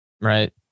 right